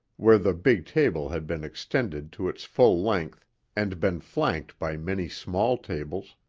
where the big table had been extended to its full length and been flanked by many small tables.